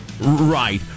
Right